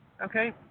Okay